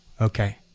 okay